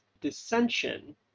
dissension